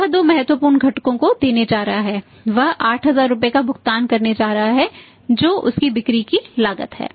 वह दो महत्वपूर्ण घटकों को देने जा रहा है वह 8000 रुपये का भुगतान करने जा रहा है जो उसकी बिक्री की लागत है